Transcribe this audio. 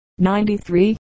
93